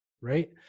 right